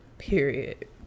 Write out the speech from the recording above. Period